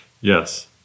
Yes